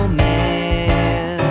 man